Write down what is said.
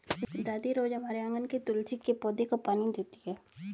दादी रोज हमारे आँगन के तुलसी के पौधे को पानी देती हैं